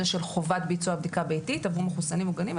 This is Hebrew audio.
של חובת ביצוע בדיקה ביתית עבור מחוסנים מוגנים,